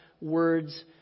words